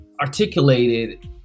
articulated